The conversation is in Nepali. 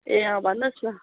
ए अँ भन्नुहोस् न